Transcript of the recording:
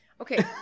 Okay